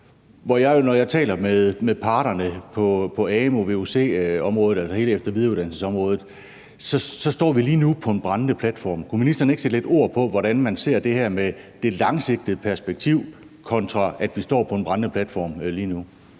hele efter- og videreuddannelsesområdet, hører, at vi lige nu står på en brændende platform. Kunne ministeren ikke sætte lidt ord på, hvordan man ser på det her med det langsigtede perspektiv, kontra at vi står på en brændende platform lige nu?